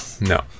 no